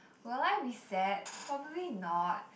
will I be sad probably not